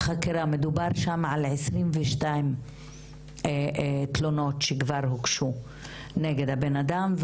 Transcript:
מדובר שם על 22 תלונות שכבר הוגשו נגד האדם,